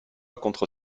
contre